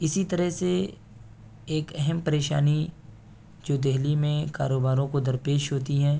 اسی طرح سے ایک اہم پریشانی جو دہلی میں کاروباروں کو درپیش ہوتی ہیں